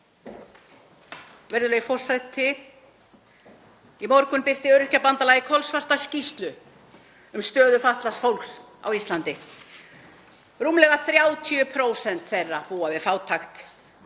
Virðulegi forseti. Í morgun birti Öryrkjabandalagið kolsvarta skýrslu um stöðu fatlaðs fólks á Íslandi. Rúmlega 30% þeirra búa við fátækt,